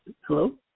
Hello